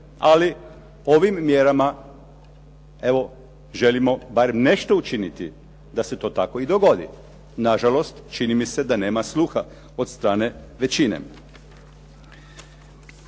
Ali ovim mjerama evo želimo barem nešto učiniti da se to tako i dogodi. Nažalost, čini mi se da nema sluha od strane većine.